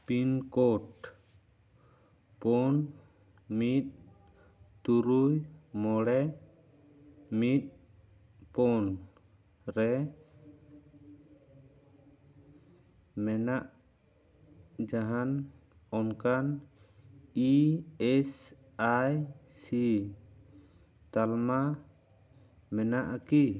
pin code ᱯᱩᱱ ᱢᱤᱫ ᱛᱩᱨᱩᱭ ᱢᱚᱬᱮ ᱢᱤᱫ ᱯᱩᱱ ᱨᱮ ᱢᱮᱱᱟᱜ ᱡᱟᱦᱟᱱ ᱚᱱᱠᱟᱱ ᱤ ᱮᱥ ᱟᱭ ᱥᱤ ᱛᱟᱞᱢᱟ ᱢᱮᱱᱟᱜ ᱟᱠᱤ